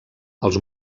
els